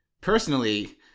Personally